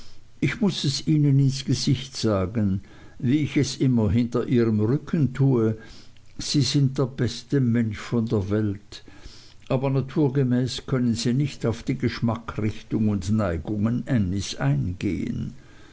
ich muß es ihnen ins gesicht sagen wie ich es immer hinter ihrem rücken tue sie sind der beste mensch von der welt aber naturgemäß können sie nicht auf die geschmackrichtung und neigungen ännies eingehen